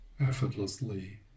effortlessly